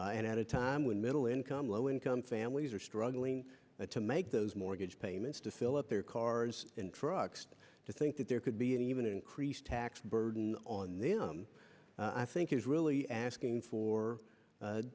and at a time when middle income low income families are struggling to make those mortgage payments to fill up their cars and trucks to think that there could be an even increased tax burden on them i think is really asking for